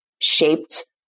shaped